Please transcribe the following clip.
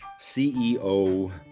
CEO